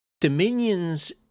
Dominions